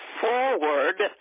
forward